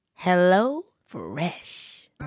HelloFresh